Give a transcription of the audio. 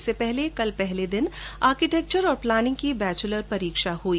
इससे पहले कल पहले दिन आर्किट्रेक्चर और प्लानिंग की बैचलर परीक्षा हई